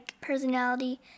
personality